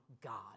God